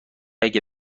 اگه